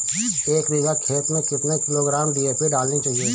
एक बीघा खेत में कितनी किलोग्राम डी.ए.पी डालनी चाहिए?